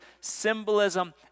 symbolism